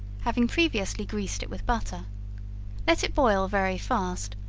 having previously greased it with butter let it boil very fast,